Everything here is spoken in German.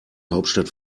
hauptstadt